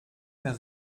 mehr